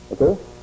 Okay